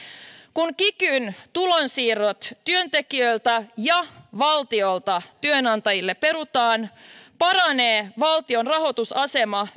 kun kikyn tulonsiirrot työntekijöiltä ja valtiolta työnantajille perutaan paranee valtion rahoitusasema